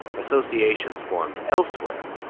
associations formed elsewhere,